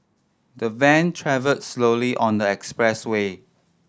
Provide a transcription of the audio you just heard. the van travelled slowly on the expressway